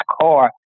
car